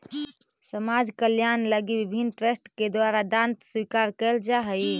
समाज कल्याण लगी विभिन्न ट्रस्ट के द्वारा दांत स्वीकार कैल जा हई